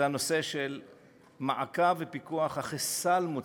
זה הנושא של מעקב ופיקוח אחרי סל מוצרים.